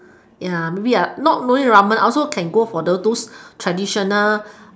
ya maybe ah not only ramen I can also go for like those traditional